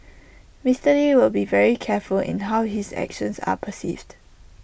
Mister lee will be very careful in how his actions are perceived